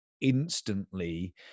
Instantly